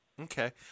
Okay